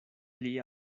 pli